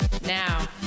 Now